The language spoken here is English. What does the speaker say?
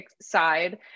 side